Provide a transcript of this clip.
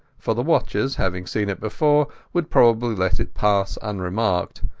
for the watchers, having seen it before, would probably let it pass unremarked,